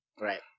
Right